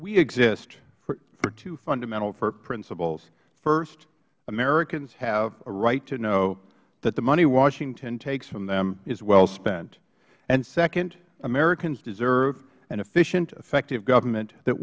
we exist for two fundamental principles first americans have a right to know that the money washington takes from them is wellspent and second americans deserve an efficient effective government that